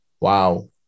Wow